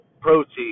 protein